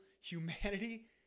humanity